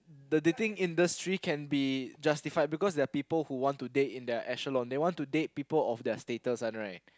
the dating industry can be justified because there are people who want to date in their they want to date people of their status [one] right